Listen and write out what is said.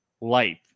life